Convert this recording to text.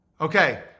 Okay